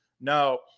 Now